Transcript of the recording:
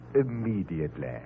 immediately